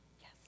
yes